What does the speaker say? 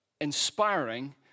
inspiring